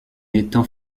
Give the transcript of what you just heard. étant